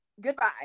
Goodbye